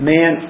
Man